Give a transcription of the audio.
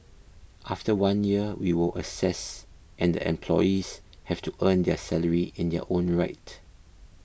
after one year we will assess and the employees have to earn their salary in their own right